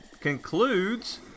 concludes